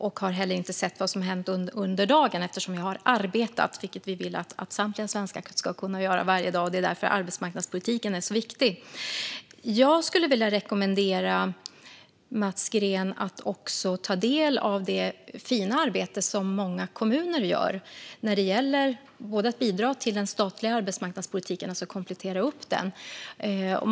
Jag har heller inte sett vad som hänt under dagen eftersom jag har arbetat, vilket vi vill att samtliga svenskar ska kunna göra varje dag. Det är därför som arbetsmarknadspolitiken är så viktig. Jag skulle vilja rekommendera Mats Green att ta del av det fina arbete som många kommuner gör när det gäller att bidra till den statliga arbetsmarknadspolitiken, alltså komplettera den.